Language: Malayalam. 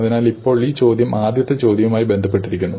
അതിനാൽ ഇപ്പോൾ ഈ ചോദ്യം ആദ്യത്തെ ചോദ്യവുമായി ബന്ധപ്പെട്ടിരിക്കുന്നു